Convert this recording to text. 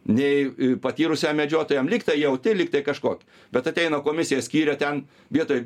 nei patyrusiam medžiotojam lyg tą jauti lyg kažko bet ateina komisija skiria ten vietoj